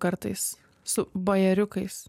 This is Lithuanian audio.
kartais su bajeriukais